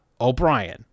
O'Brien